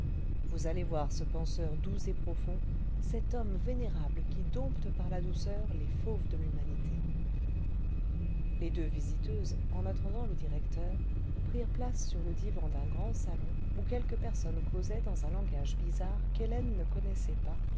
vous allez voir ce penseur doux et profond cet homme vénérable qui dompte par la douceur les fauves cle l'humanité les deux visiteuses en attendant le directeur prirent place sur le divan d'un grand salon où quelques personnes causaient dans un langage bizarre qu'hélène ne connaissait pas